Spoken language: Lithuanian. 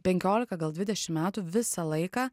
penkioliką gal dvidešim metų visą laiką